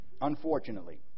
unfortunately